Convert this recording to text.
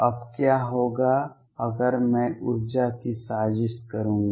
अब क्या होगा अगर मैं ऊर्जा की साजिश रचूंगा